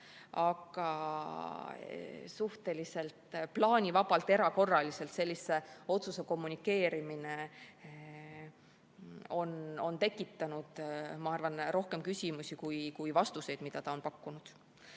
Aga suhteliselt plaanivabalt, erakorraliselt sellise otsuse kommunikeerimine on tekitanud minu arvates rohkem küsimusi kui vastuseid. Lisaks